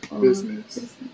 business